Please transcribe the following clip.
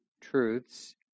truths